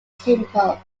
simple